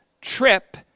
trip